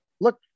look